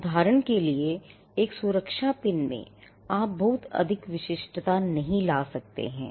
उदाहरण के लिए एक सुरक्षा पिन में आप बहुत अधिक विशिष्टता नहीं ला सकते हैं